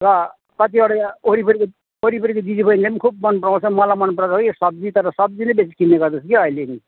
र कतिवटा वरिपरिको वरिपरिको दिदी बहिनीले पनि खुब मन पराउँछ मलाई मन पराउँछ कि सब्जी तर सब्जी नै बेसी किन्ने गर्दा छ क्यौ अहिले नि